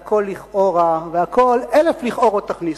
והכול לכאורה והכול, אלף "לכאורות" תכניסו,